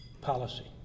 policy